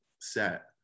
set